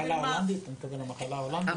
אתה מתכוון למחלה ההולנדית?